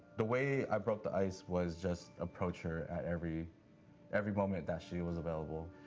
the way i broke the ice was just approach her at every every moment that she was available.